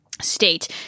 state